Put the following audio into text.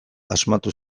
asmatu